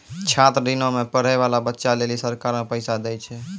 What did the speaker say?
छात्र ऋणो मे पढ़ै बाला बच्चा लेली सरकारें पैसा दै छै